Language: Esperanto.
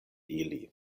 ili